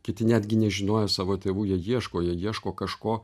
kiti netgi nežinojo savo tėvų jie ieško jie ieško kažko